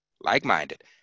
like-minded